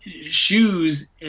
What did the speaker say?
shoes